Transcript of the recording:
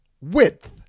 width